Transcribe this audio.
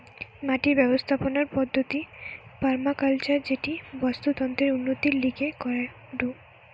মাটির ব্যবস্থাপনার পদ্ধতির পার্মাকালচার যেটি বাস্তুতন্ত্রের উন্নতির লিগে করাঢু